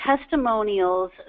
testimonials